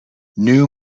new